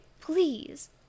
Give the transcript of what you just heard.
please